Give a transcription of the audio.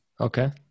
okay